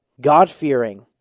God-fearing